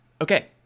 okay